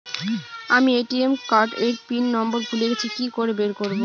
আমি ATM card এর PIN নম্বর ভুলে গেছি কি করে বের করব?